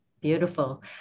beautiful